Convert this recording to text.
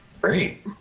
Great